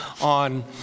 on